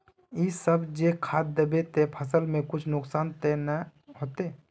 इ सब जे खाद दबे ते फसल में कुछ नुकसान ते नय ने होते